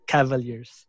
Cavaliers